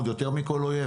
יותר מכל אויב,